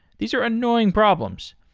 these are annoying problems.